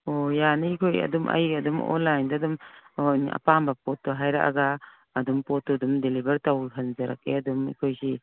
ꯑꯣ ꯌꯥꯅꯤ ꯑꯩꯈꯣꯏ ꯑꯗꯨꯝ ꯑꯩ ꯑꯗꯨꯝ ꯑꯣꯏꯟꯂꯥꯏꯟꯗ ꯑꯗꯨꯝ ꯍꯣꯏ ꯑꯄꯥꯝꯕ ꯄꯣꯠꯇꯨ ꯍꯥꯏꯔꯛꯑꯒ ꯑꯗꯨꯝ ꯄꯣꯠꯇꯨ ꯑꯗꯨꯝ ꯗꯤꯂꯤꯕꯔ ꯇꯧꯍꯟꯖꯔꯛꯀꯦ ꯑꯗꯨꯝ ꯑꯩꯈꯣꯏꯒꯤ